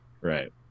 right